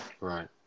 Right